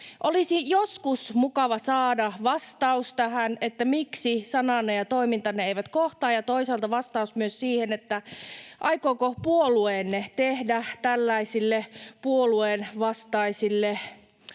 Olisi joskus mukava saada vastaus tähän, miksi sananne ja toimintanne eivät kohtaa, ja toisaalta vastaus myös siihen, aikooko puolueenne tehdä jotakin tällaisille puolueen vastaisille